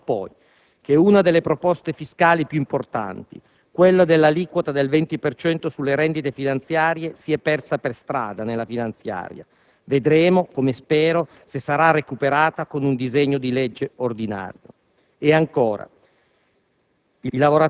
Registro poi che una delle proposte fiscali più importanti, quella dell'aliquota del 20 per cento sulle rendite finanziarie, si è persa per strada nella finanziaria; vedremo se sarà recuperata, come spero, con un disegno di legge ordinaria. E ancora: